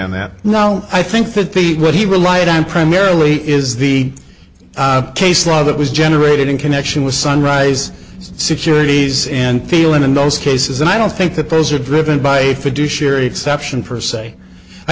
on that now i think that the what he relied on primarily is the case law that was generated in connection with sunrise securities and feeling in those cases and i don't think that those are driven by a fiduciary exception per se i